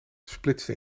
splitste